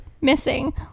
missing